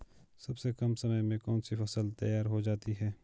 सबसे कम समय में कौन सी फसल तैयार हो जाती है?